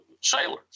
sailors